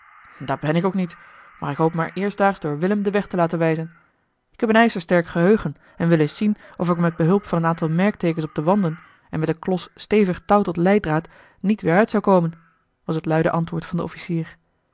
dat ben ik ook niet maar ik hoop me er eerstdaags door willem den weg te laten wijzen ik heb een ijzersterk geheugen en wil eens zien of ik er met behulp van een aantal merkteekens op de wanden en met een klos stevig touw tot leiddraad niet weer uit zou komen was het luide antwoord van den officier